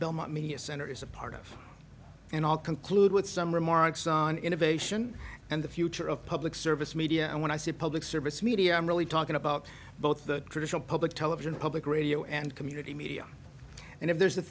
belmont media center is a part of and all conclude with some remarks on innovation and the future of public service media and when i see public service media i'm really talking about both the traditional public television public radio and community media and if there's a